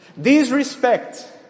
disrespect